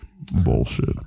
Bullshit